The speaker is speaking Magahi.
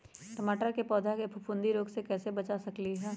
टमाटर के पौधा के फफूंदी रोग से कैसे बचा सकलियै ह?